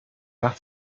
macht